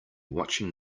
watching